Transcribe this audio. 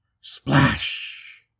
Splash